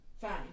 fine